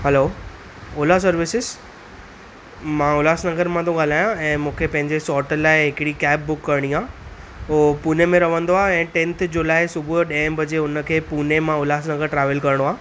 hello Ola services मां Ulhasnagar मां तो ॻाल्हायां ऐं मूंखे पंहिंजे सोटु लाइ हिकिड़ी कैब बुक करिणी आहे उहो पुणे में रहंदो आहे ऐं टेंथ जुलाई सुबुह जो ॾह बजे हुनखे पुणे मां उल्हास नगर ट्रेवल करिणो आहे